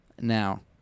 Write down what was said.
Now